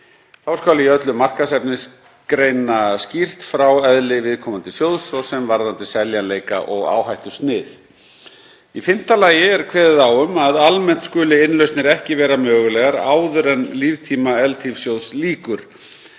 Þá skal í öllu markaðsefni greina skýrt frá eðli viðkomandi sjóðs, svo sem varðandi seljanleika og áhættusnið. Í fimmta lagi er kveðið á um að almennt skuli innlausnir ekki vera mögulegar áður en líftíma ELTIF-sjóðs lýkur,